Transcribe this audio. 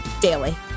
daily